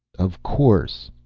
of course!